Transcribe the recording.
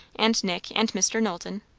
and nick, and mr. knowlton.